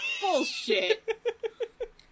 bullshit